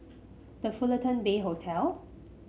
The Fullerton Bay Hotel